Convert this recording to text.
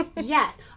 Yes